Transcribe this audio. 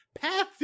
path